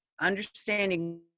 understanding